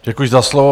Děkuji za slovo.